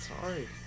Sorry